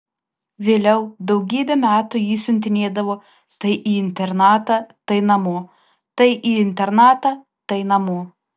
vėliau daugybę metų jį siuntinėdavo tai į internatą tai namo tai į internatą tai namo